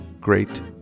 great